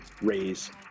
raise